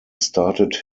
started